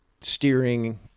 steering